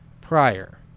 prior